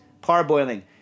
Parboiling